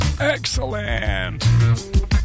Excellent